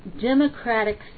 democratic